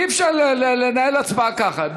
אי-אפשר לנהל הצבעה ככה.